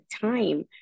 time